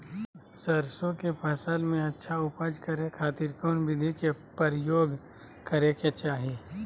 सरसों के फसल में अच्छा उपज करे खातिर कौन विधि के प्रयोग करे के चाही?